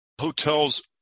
Hotels